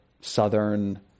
southern